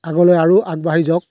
আগলৈ আৰু আগবাঢ়ি যাওক